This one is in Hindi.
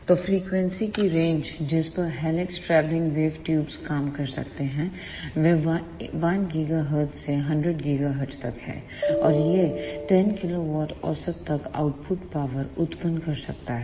तो फ्रिक्वेंसी की रेंज जिस पर हेलिक्स ट्रैवलिंग वेव ट्यूब्स काम कर सकते हैं वह 1 GHz से 100 GHz तक है और यह 10 KW औसत तक आउटपुट पावर उत्पन्न कर सकता है